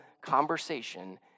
conversation